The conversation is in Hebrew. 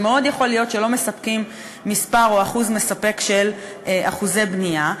ומאוד יכול להיות שלא מספקים מספר או אחוז מספק של אחוזי בנייה.